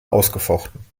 ausgefochten